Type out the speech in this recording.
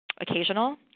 occasional